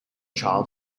child